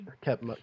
kept